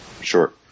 Sure